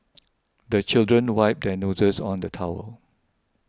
the children wipe their noses on the towel